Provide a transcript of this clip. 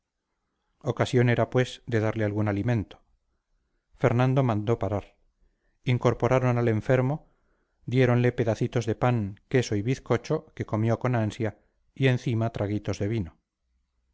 ocasión era pues de darle algún alimento fernando mandó parar incorporaron al enfermo diéronle pedacitos de pan queso y bizcocho que comió con ansia y encima traguitos de vino